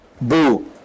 Boo